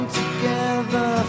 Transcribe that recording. together